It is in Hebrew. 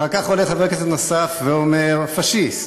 אחר כך עולה חבר כנסת נוסף ואומר: "פאשיסט",